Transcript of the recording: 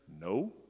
No